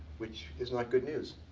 which is not good news.